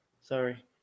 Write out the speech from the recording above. Sorry